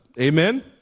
Amen